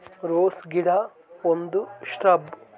rose ಗಿಡ ಒಂದು shrub